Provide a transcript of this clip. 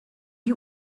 you